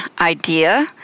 idea